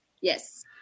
Yes